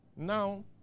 Now